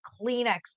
Kleenex